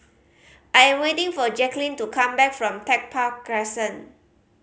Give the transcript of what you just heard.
I am waiting for Jacquelyn to come back from Tech Park Crescent